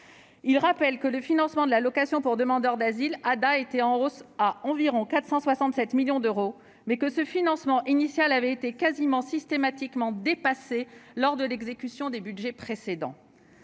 Il rappelle que le financement de l'allocation pour demandeur d'asile, l'ADA, était en hausse, à environ 467 millions d'euros, mais que ce financement initial avait été quasi systématiquement dépassé lors de l'exécution des budgets précédents.